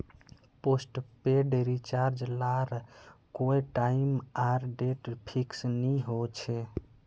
postpaid recharge लार कोए time आर डेट फिक्स नि होछे